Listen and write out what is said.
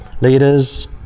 leaders